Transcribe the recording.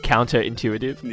Counterintuitive